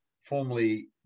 formerly